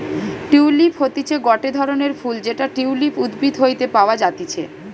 tulip হতিছে গটে ধরণের ফুল যেটা টিউলিপ উদ্ভিদ হইতে পাওয়া যাতিছে